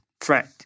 threat